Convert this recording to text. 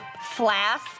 flask